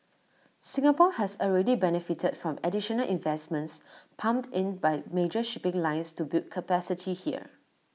Singapore has already benefited from additional investments pumped in by major shipping lines to build capacity here